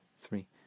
three